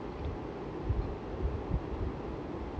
நோவுது:novuthu that's why I really like this one thing